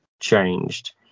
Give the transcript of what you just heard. changed